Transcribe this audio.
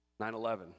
9-11